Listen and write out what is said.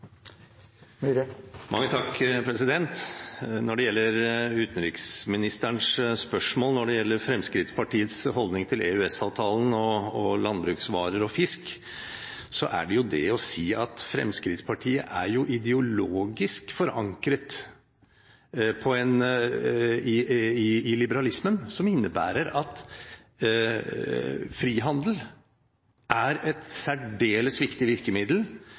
Når det gjelder utenriksministerens spørsmål om Fremskrittspartiets holdning til EØS-avtalen, landbruksvarer og fisk, er det det å si at Fremskrittspartiet er ideologisk forankret i liberalismen. Det innebærer at frihandel er et særdeles viktig virkemiddel,